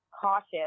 cautious